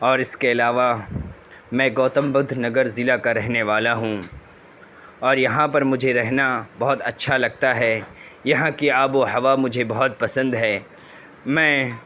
اور اس کے علاوہ میں گوتم بدھ نگر ضلع کا رہنے والا ہوں اور یہاں پر مجھے رہنا بہت اچھا لگتا ہے یہاں کی آب و ہوا مجھے بہت پسند ہے میں